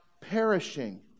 Perishing